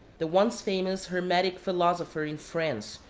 the once famous hermetic philo sopher in france,